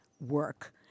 work